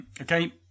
Okay